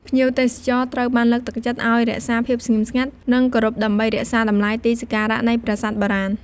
ភ្ញៀវទេសចរត្រូវបានលើកទឹកចិត្តឲ្យ រក្សាភាពស្ងាត់ស្ងៀម និងគោរព ដើម្បីរក្សាតម្លៃទីសក្ការៈនៃប្រាសាទបុរាណ។